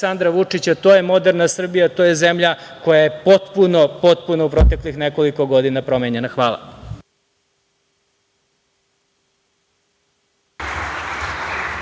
Aleksandra Vučića, to je moderna Srbija, to je zemlja koja je potpuno, potpuno u proteklih nekoliko godina promenjena. Hvala.